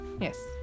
Yes